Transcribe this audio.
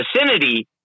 vicinity